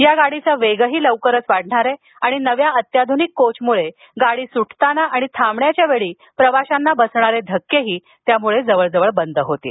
या गाडीचा वेगही लवकरच वाढणार असुन नव्या अत्याध्रनिक कोचमुळे गाडी स्टताना आणि थांबण्याच्या वेळी प्रवाशांना बसणारे धक्केही जवळजवळ बंद होणार आहेत